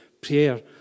prayer